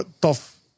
tough